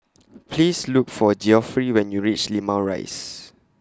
Please Look For Geoffrey when YOU REACH Limau Rise